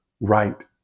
right